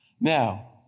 Now